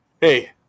Hey